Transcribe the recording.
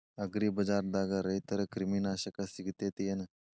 ಅಗ್ರಿಬಜಾರ್ದಾಗ ರೈತರ ಕ್ರಿಮಿ ನಾಶಕ ಸಿಗತೇತಿ ಏನ್?